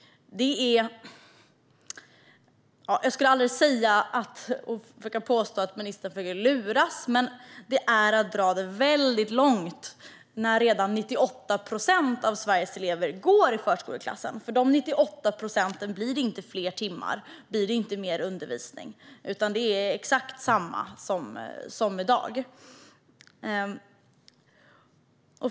Jag skulle aldrig försöka påstå att ministern försöker luras, men detta är att dra det väldigt långt, då 98 procent av Sveriges elever redan går i förskoleklass. Dessa 98 procent blir inte fler timmar eller mer undervisning, utan det är exakt samma som i dag.